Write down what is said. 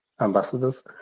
ambassadors